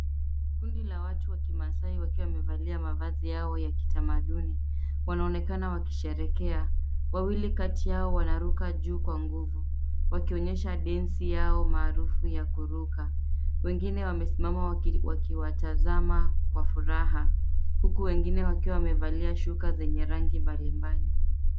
Kundi la watu wa kimaasai wakiwa wamevalia mavazi yao ya kitamaduni. Wanaonekana wakisherehekea. Wawili kati yao wanaruka juu kwa nguvu. Wakionyesha densi yao maarufu ya kuruka. Wengine wamesimama wakiwatazama kwa furaha huku wengine wakiwa wamevalia shuka zenye rangi mbali mbali.